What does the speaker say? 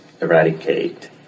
eradicate